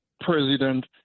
president